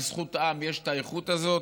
בזכות העם יש את האיכות הזאת,